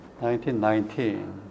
1919